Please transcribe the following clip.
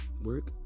work